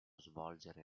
svolgere